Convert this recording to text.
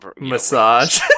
Massage